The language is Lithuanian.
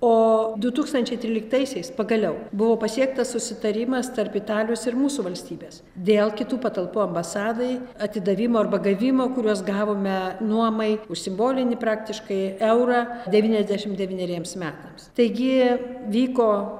o du tūkstančiai tryliktaisiais pagaliau buvo pasiektas susitarimas tarp italijos ir mūsų valstybės dėl kitų patalpų ambasadai atidavimo arba gavimo kuriuos gavome nuomai už simbolinį praktiškai eurą devyniasdešim devyneriems metams taigi vyko